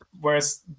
Whereas